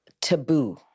taboo